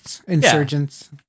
Insurgents